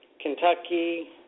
Kentucky